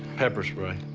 pepper spray.